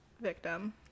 victim